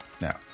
Now